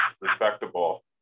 respectable